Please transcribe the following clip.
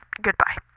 Goodbye